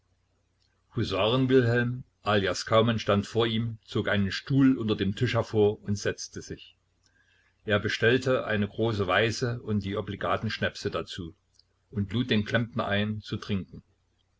husaren wilhelm alias kaumann stand vor ihm zog einen stuhl unter dem tisch hervor und setzte sich er bestellte eine große weiße und die obligaten schnäpse dazu und lud den klempner ein zu trinken